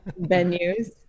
venues